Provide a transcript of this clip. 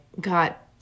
got